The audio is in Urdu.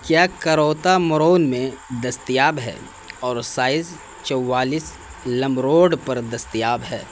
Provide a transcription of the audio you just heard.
کیا کروطا مرون میں دستیاب ہے اور سائز چوالیس لم روڈ پر دستیاب ہے